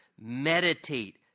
Meditate